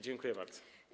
Dziękuję bardzo.